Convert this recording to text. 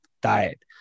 diet